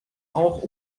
auch